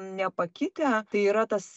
nepakitę tai yra tas